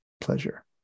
pleasure